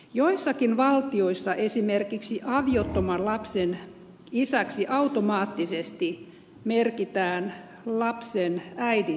joissakin valtioissa esimerkiksi aviottoman lapsen isäksi automaattisesti merkitään lapsen äidin isä